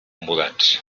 mudats